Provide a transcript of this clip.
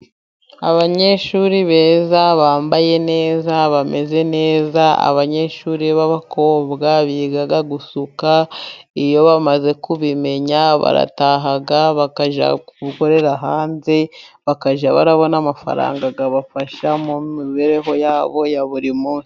Abanyeshuri beza bambaye neza. Bameze neza abanyeshuri b'abakobwa biga gusuka. Iyo bamaze kubimenya barataha bakajya gukorera hanze. Bakajya babona amafaranga akabafasha mu mibereho yabo ya buri munsi.